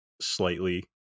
slightly